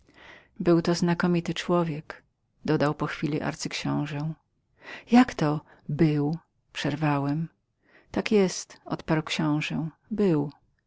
był to znakomity człowiek dodał po chwili arcyksiąże jakto był przerwałem tak jest odparł arcyksiąże był